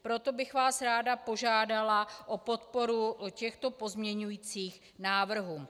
Proto bych vás ráda požádala o podporu těchto pozměňujících návrhů.